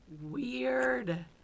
weird